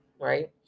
right